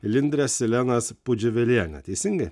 lindre silenaspudžiuveliene teisingai